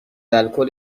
الکل